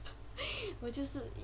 我就是